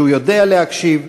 שהוא יודע להקשיב,